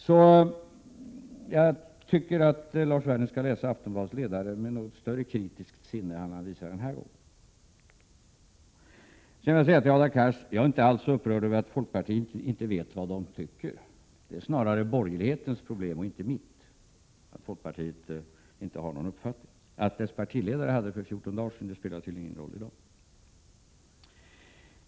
Så jag tycker Lars Werner skall läsa Aftonbladets ledare med något mera kritiskt sinne än han har visat den här gången. Till Hadar Cars vill jag säga att jag inte alls är upprörd över att folkpartiet inte vet vad man tycker. Det är ju borgerlighetens problem snarare än mitt att folkpartiet inte har någon uppfattning. Att dess partiledare hade en uppfattning för 14 dagar sedan spelar tydligen ingen roll i dag.